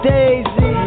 Daisy